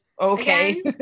Okay